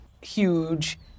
huge